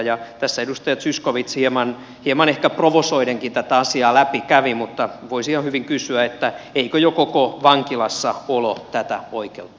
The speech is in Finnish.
tässä edustaja zyskowicz hieman ehkä provosoidenkin tätä asiaa läpi kävi mutta voisi ihan hyvin kysyä eikö jo koko vankilassa ulos täältä huikeat